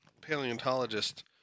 paleontologist